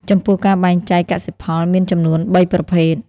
ចំពោះការបែងចែកកសិផលមានចំនួនបីប្រភេទ។